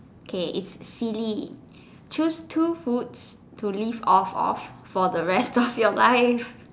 K it's silly choose two foods to live off of for the rest of your life